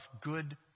good